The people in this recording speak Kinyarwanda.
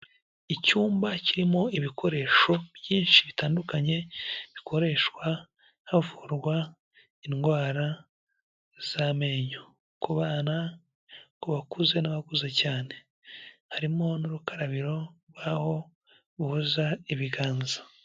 Icyumba kirimo ibikoresho byinshi bitandukanye bikoreshwa havurwa indwara z'amenyo, ku bana, ku bakuze n'abakuze cyane, harimo n'urukarabiro rwaho boza ibiganza.